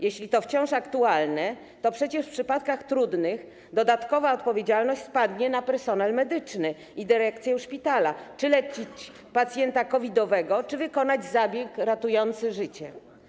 Jeśli to wciąż aktualne, to przecież w przypadkach trudnych dodatkowa odpowiedzialność spadnie na personel medyczny i dyrekcję szpitala, czy leczyć pacjenta chorego na COVID, czy wykonać zabieg ratujący życie.